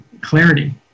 clarity